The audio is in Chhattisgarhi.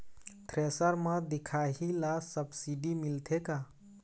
थ्रेसर म दिखाही ला सब्सिडी मिलथे का?